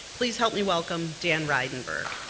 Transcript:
please help me welcome dan ridenberg.